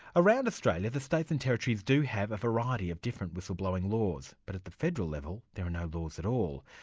around australia the states and territories do have a variety of different whistleblowing laws, but at the federal level, there are no laws at all.